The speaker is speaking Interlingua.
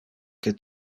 que